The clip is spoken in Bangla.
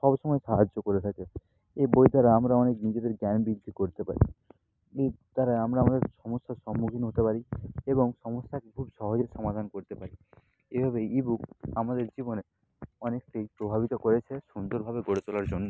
সব সময় সাহায্য করে থাকে এই বই দ্বারা আমরা অনেক নিজেদের জ্ঞান বৃদ্ধি করতে পারি এর দ্বারাই আমরা আমাদের সমস্যার সম্মুখীন হতে পারি এবং সমস্যাকে খুব সহজেই সমাধান করতে পারি এভাবেই ইবুক আমাদের জীবনে অনেকটাই প্রভাবিত করেছে সুন্দরভাবে গড়ে তোলার জন্য